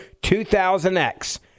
2000X